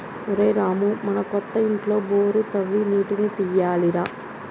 ఒరేయ్ రామూ మన కొత్త ఇంటిలో బోరు తవ్వి నీటిని తీయాలి రా